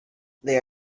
they